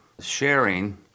sharing